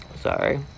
Sorry